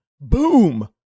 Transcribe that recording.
Boom